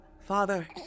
Father